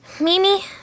Mimi